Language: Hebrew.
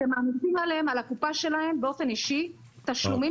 אתם מעמיסים על הקופה שלהם באופן אישי תשלומים